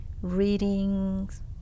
readings